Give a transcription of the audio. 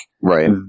Right